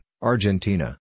Argentina